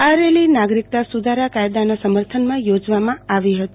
આ રેલી નાગરિકતા સુ ધારા કાયદાના સમર્થનમાં યોજવામાં આવી હતી